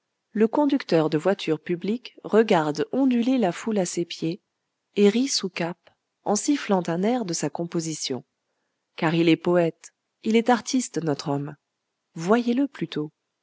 le conducteur de voitures publiques regarde onduler la foule à ses pieds et rit sous cape en sifflant un air de sa composition car il est poète il est artiste notre homme voyez-le plutôt